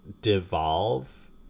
devolve